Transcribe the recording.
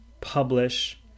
publish